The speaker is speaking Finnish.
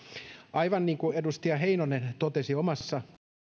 aivan niin kuin edustaja heinonen totesi omassa